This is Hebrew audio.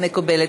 מקובלת.